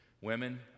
Women